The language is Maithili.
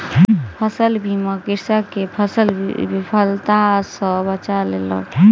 फसील बीमा कृषक के फसील विफलता सॅ बचा लेलक